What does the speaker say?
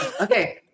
Okay